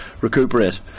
recuperate